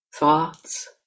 thoughts